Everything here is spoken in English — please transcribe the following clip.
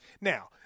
Now